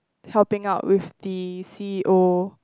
helping out with the c_e_o